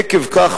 עקב כך,